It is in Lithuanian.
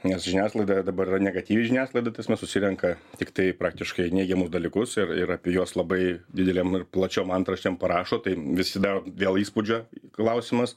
nes žiniasklaida dabar yra negatyvi žiniasklaida ta prasme susirenka tiktai praktiškai neigiamus dalykus ir ir apie juos labai dideliam ir plačiom antraštėm parašo tai visi daro dėl įspūdžio klausimas